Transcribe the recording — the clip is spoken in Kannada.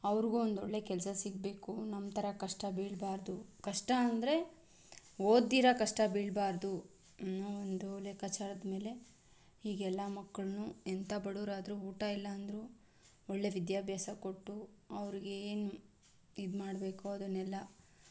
ಅವ್ರಿಗೂ ಒಂದೊಳ್ಳೆಯ ಕೆಲಸ ಸಿಗಬೇಕು ನಮ್ಮ ಥರ ಕಷ್ಟ ಬೀಳಬಾರ್ದು ಕಷ್ಟ ಅಂದರೆ ಓದದಿರ ಕಷ್ಟ ಬೀಳಬಾರ್ದು ಅನ್ನೋ ಒಂದು ಲೆಕ್ಕಾಚಾರದ ಮೇಲೆ ಈಗೆಲ್ಲ ಮಕ್ಕಳನ್ನೂ ಎಂಥ ಬಡವ್ರಾದ್ರೂ ಊಟ ಇಲ್ಲಾಂದ್ರೂ ಒಳ್ಳೆಯ ವಿದ್ಯಾಭ್ಯಾಸ ಕೊಟ್ಟು ಅವ್ರಿಗೆ ಏನು ಇದು ಮಾಡಬೇಕೋ ಅದನ್ನೆಲ್ಲ